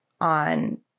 on